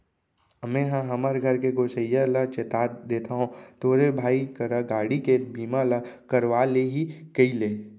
मेंहा हमर घर के गोसइया ल चेता देथव तोरे भाई करा गाड़ी के बीमा ल करवा ले ही कइले